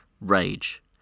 Rage